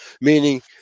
Meaning